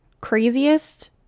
craziest